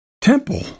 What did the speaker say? temple